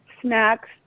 snacks